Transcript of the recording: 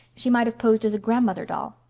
she might have posed as a grandmother doll.